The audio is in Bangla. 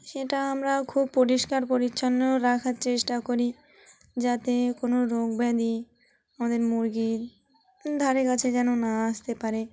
সেটা আমরা খুব পরিষ্কার পরিচ্ছন্ন রাখার চেষ্টা করি যাতে কোনো রোগ ব্যাধি আমাদের মুরগির ধারে কাছে যেন না আসতে পারে